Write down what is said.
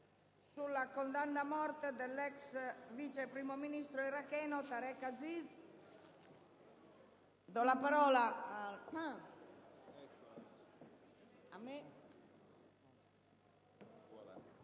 sulla condanna a morte dell'ex vice primo ministro iracheno Tareq Aziz. Ha facoltà di